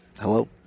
Hello